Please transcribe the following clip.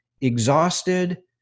exhausted